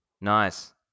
Nice